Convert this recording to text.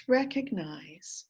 recognize